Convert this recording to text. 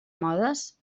modes